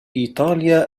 إيطاليا